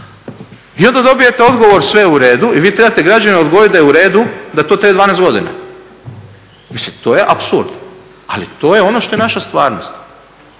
I onda dobijete odgovor sve je u redu i vi trebate građanima odgovoriti da je u redu, da to traje 12 godina. Mislim to je apsurd, ali to je ono što je naša stvarnost.